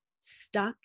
stuck